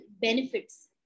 benefits